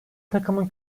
takımın